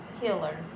healer